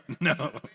No